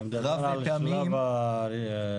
אתה מדבר על שלב הרישיון?